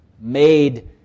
made